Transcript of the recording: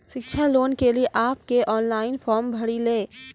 शिक्षा लोन के लिए आप के ऑनलाइन फॉर्म भरी ले?